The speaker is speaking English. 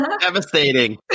Devastating